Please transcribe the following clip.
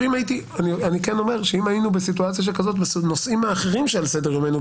אם היינו בסיטואציה שכזאת בנושאים האחרים שעל סדר יומנו,